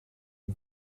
een